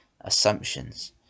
assumptions